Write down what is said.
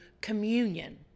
communion